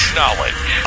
knowledge